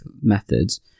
methods